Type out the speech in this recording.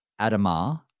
Adama